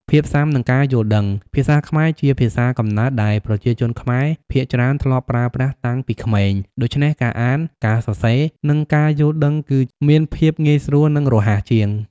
ភាពស៊ាំ និងការយល់ដឹង ភាសាខ្មែរជាភាសាកំណើតដែលប្រជាជនខ្មែរភាគច្រើនធ្លាប់ប្រើប្រាស់តាំងពីក្មេង ដូច្នេះការអាន ការសរសេរ និងការយល់ដឹងគឺមានភាពងាយស្រួល និងរហ័សជាង។